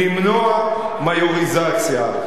למנוע מיוריזציה.